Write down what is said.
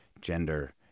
gender